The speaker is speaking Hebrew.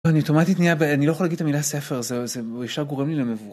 אני לא יכול להגיד את המילה ספר, זה ישר גורם לי למבו...